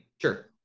Sure